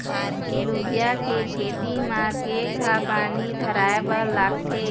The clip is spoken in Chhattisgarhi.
लोबिया के खेती म केघा पानी धराएबर लागथे?